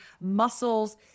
muscles